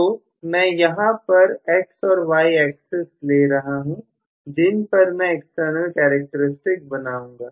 तुम्हें यहां पर x और y एक्सेस ले रहा हूं जिन पर मैं एक्सटर्नल कैरेक्टरस्टिक्स बनाऊंगा